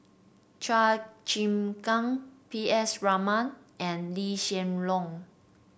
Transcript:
Chua Chim Kang P S Raman and Lee Hsien Loong